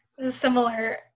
similar